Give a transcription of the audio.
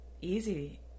easy